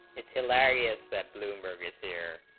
it's hilarious that bloomer is here